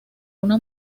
una